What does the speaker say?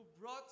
brought